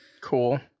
Cool